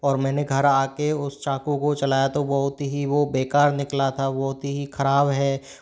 और मैंने घर आके उस चाकू को चलाया तो बहुत ही वो बेकार निकला था बहुत ही ख़राब है